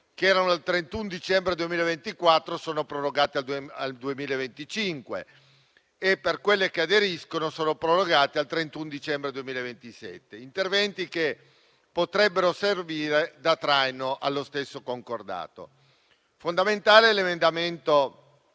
che erano al 31 dicembre 2024 e sono stati prorogati al 2025; per quelle che aderiscono sono invece prorogati al 31 dicembre 2027. Tali interventi potrebbero servire da traino allo stesso concordato. Fondamentale è l'emendamento